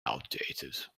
outdated